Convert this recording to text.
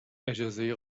اجازه